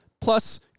plus